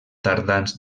tardans